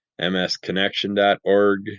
msconnection.org